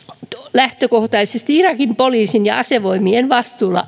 lähtökohtaisesti irakin poliisin ja asevoimien vastuulla